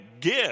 give